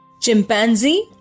Chimpanzee